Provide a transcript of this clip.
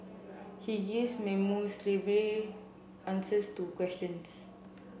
he gives monosyllabic answers to questions